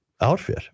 outfit